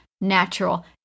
natural